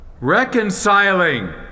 reconciling